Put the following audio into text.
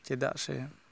ᱪᱮᱫᱟᱜ ᱥᱮ